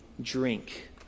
drink